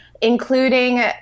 including